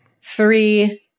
three